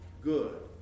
good